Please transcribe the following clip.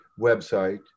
website